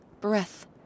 breath